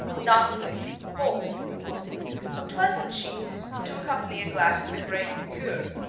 danzig poland a pleasant cheese to accompany a glass of the great liqueur,